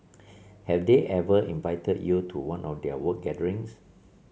have they ever invited you to one of their work gatherings